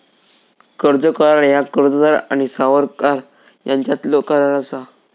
कर्ज करार ह्या कर्जदार आणि सावकार यांच्यातलो करार असा